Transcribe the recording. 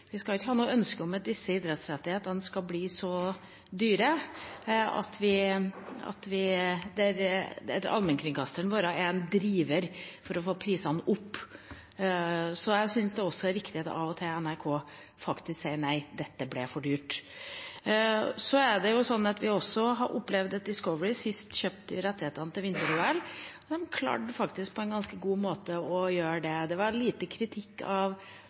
ikke noe ønske at disse idrettsrettighetene skal bli så dyre, og at allmennkringkasteren vår er en driver for å få prisene opp. Så jeg syns det er riktig at NRK faktisk av og til sier nei, dette ble for dyrt. Vi har også opplevd at Discovery, som sist kjøpte rettighetene til vinter-OL, faktisk på en ganske god måte klarte å gjennomføre det. Det var lite kritikk av